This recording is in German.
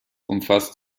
umfasst